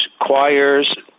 choirs